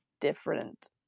different